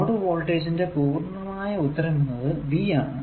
node വോൾട്ടേജിന്റെ പൂർണമായ ഉത്തരം എന്നത് V ആണ്